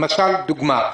לדוגמה,